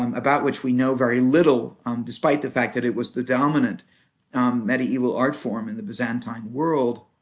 um about which we know very little despite the fact that it was the dominant medieval art form in the byzantine world.